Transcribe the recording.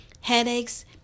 headaches